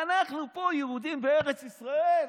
אנחנו פה, יהודים בארץ ישראל.